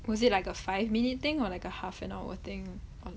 was it like a five minute thing or like a half an hour thing or